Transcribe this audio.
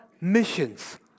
Missions